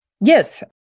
Yes